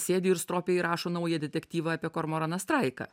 sėdi ir stropiai rašo naują detektyvą apie kormoraną straiką